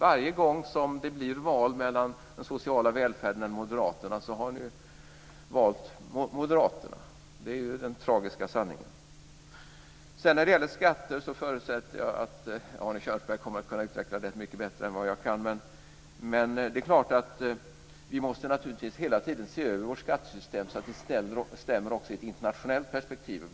Varje gång som det blir val mellan den sociala välfärden och moderaterna har ni valt moderaterna. Det är den tragiska sanningen. När det gäller skatter förutsätter jag att Arne Kjörnsberg kommer att kunna utveckla den frågan mycket bättre än vad jag kan. Men det är klart att vi naturligtvis hela tiden måste se över vårt skattesystem så att det stämmer också i ett internationellt perspektiv.